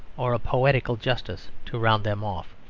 or a poetical justice, to round them off.